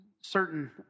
certain